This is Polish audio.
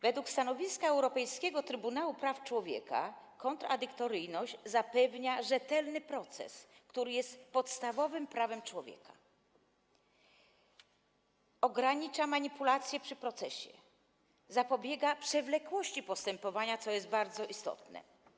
Według stanowiska Europejskiego Trybunału Praw Człowieka kontradyktoryjność zapewnia rzetelny proces, który jest podstawowym prawem człowieka, ogranicza manipulację przy procesie i zapobiega przewlekłości postępowania, co jest bardzo istotne.